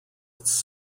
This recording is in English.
its